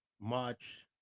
March